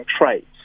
traits